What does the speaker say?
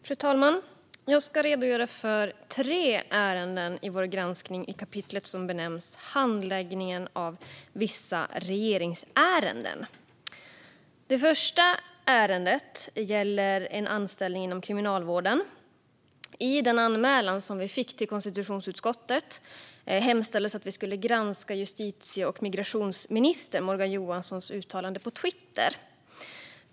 Gransknings-betänkande hösten 2020Handläggning av vissa regeringsärenden m.m. Fru talman! Jag ska redogöra för tre ärenden i vår granskning under det kapitel som benämns Handläggning av vissa regeringsärenden m.m. Det första ärendet gäller en anställning inom Kriminalvården. I den anmälan som vi fick till konstitutionsutskottet hemställdes att vi skulle granska justitie och migrationsminister Morgan Johanssons uttalande på Twitter.